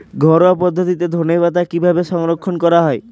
ঘরোয়া পদ্ধতিতে ধনেপাতা কিভাবে সংরক্ষণ করা হয়?